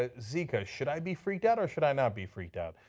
ah zika, should i be freaked out or should i not be freaked out?